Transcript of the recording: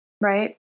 Right